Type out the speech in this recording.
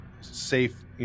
safe